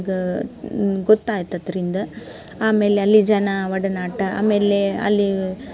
ನಮ್ಗೆ ಗೊತ್ತಾಯ್ತು ಅದರಿಂದ ಆಮೇಲೆ ಅಲ್ಲಿ ಜನ ಒಡನಾಟ ಆಮೇಲೆ ಅಲ್ಲಿ